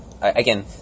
again